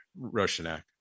Roshanak